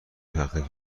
تحقیق